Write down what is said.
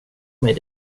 mig